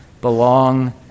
belong